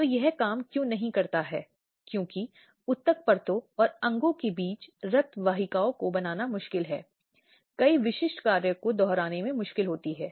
तो कार्रवाई को किसी भी पुरुष व्यक्ति के खिलाफ लाया जा सकता है चाहे वह पति हो या पति का कोई अन्य रिश्तेदार